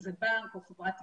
אם זה בנק או חברת תקשורת.